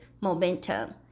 momentum